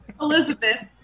Elizabeth